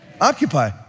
Occupy